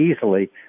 easily